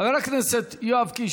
חבר הכנסת יואב קיש,